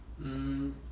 mm